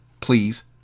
Please